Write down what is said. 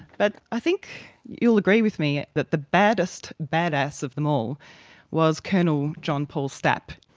but i think you'll agree with me that the baddest badass of them all was colonel john paul stapp.